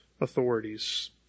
authorities